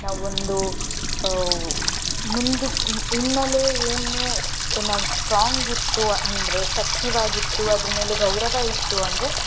ನಾವು ಒಂದು ಮುಂದಕ್ಕೆ ಹಿನ್ನೆಲೆ ಏನು ನಾವು ಸ್ಟ್ರಾಂಗ್ ಇತ್ತು ಅಂದರೆ ಶಕ್ತಿವಾಗಿತ್ತು ಅದರ ಮೇಲೆ ಗೌರವ ಇತ್ತು ಅಂದರೆ